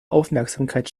aufmerksamkeit